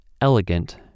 elegant